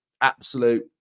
absolute